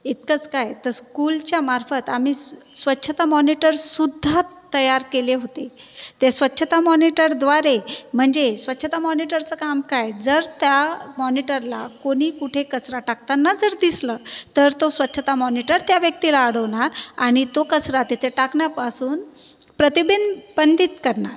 इतकंच काय तर स्कूलच्या मार्फत आम्ही स्वच्छता मॉनीटर सुद्धा तयार केले होते ते स्वच्छता मॉनीटरद्वारे म्हणजे स्वच्छता मॉनीटरचं काम काय जर त्या मॉनीटरला कोणी कुठे कचरा टाकताना जर दिसलं तर तो स्वच्छता मॉनीटर त्या व्यक्तीला अडवणार आणि तो कचरा तिथे टाकण्यापासून प्रतिबिंद बंदीत करणार